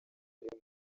biri